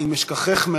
אם אשכחך,